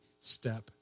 step